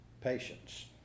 patience